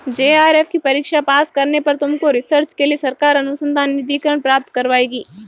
JRF की परीक्षा pass करने पर तुमको रिसर्च के लिए सरकार अनुसंधान निधिकरण प्राप्त करवाएगी